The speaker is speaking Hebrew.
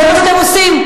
זה מה שאתם עושים.